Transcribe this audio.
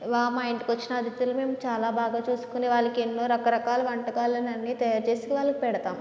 మా ఇంటికొచ్చిన అతిధులను మేము చాలా బాగా చూసుకుని వాళ్ళకి ఎన్నో రకరకాల వంటకాలనన్నీ తయారు చేసి వాళ్ళకు పెడతాం